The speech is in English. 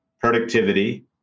productivity